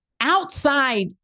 Outside